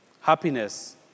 Happiness